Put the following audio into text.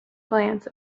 glance